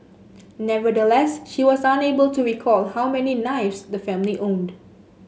nevertheless she was unable to recall how many knives the family owned